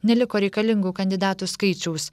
neliko reikalingų kandidatų skaičiaus